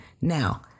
Now